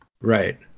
right